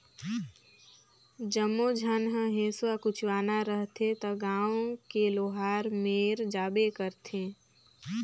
जम्मो झन ह हेसुआ कुचवाना रहथे त गांव के लोहार मेर जाबे करथे